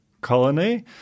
Colony